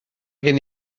gen